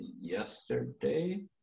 yesterday